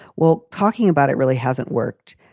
well, talking about it really hasn't worked.